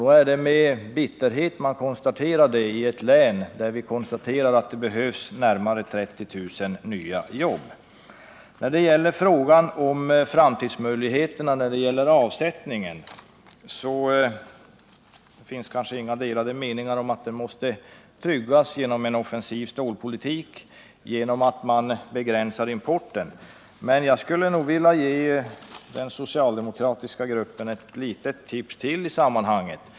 Det är med bitterhet man konstaterar detta i ett län där det behövs närmare 30 000 nya jobb. I fråga om de framtida avsättningsmöjligheterna råder det kanske inga delade meningar om att de måste tryggas genom en offensiv stålpolitik och genom begränsning av importen, men jag skulle vilja ge den socialdemokratiska riksdagsgruppen ytterligare ett litet tips i detta sammanhang.